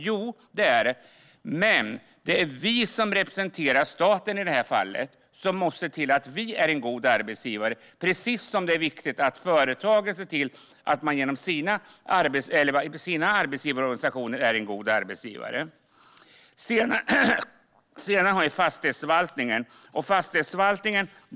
Jo, så är det, men i detta fall representerar vi staten och måste se till att vara en god arbetsgivare precis som företagen måste se till att genom sina arbetsgivarorganisationer vara goda arbetsgivare. Sedan har vi fastighetsförvaltningen.